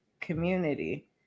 community